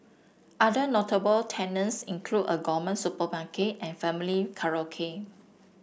other notable tenants include a gourmet supermarket and family karaoke